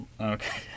Okay